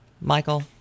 Michael